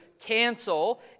cancel